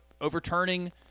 overturning